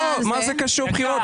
מה זה קשור לבחירות?